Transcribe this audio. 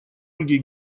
ольге